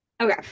okay